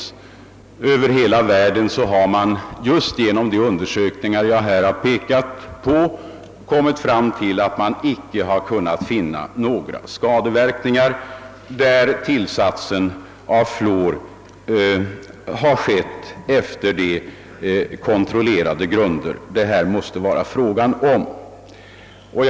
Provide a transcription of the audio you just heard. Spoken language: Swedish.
I stora delar av världen har man just efter sådana undersökningar som jag nyss nämnt kommit till samma resultat, d.v.s. man har inte kunnat konstatera några hälsorisker eller skadeverkningar.